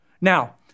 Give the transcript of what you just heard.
Now